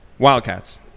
Wildcats